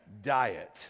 Diet